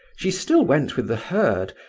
she still went with the herd,